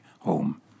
Home